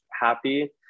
happy